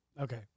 Okay